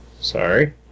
Sorry